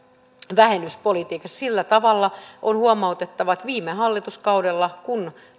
vähennyspolitiikassanne sillä tavalla on huomautettava että viime hallituskaudella kun